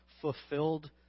fulfilled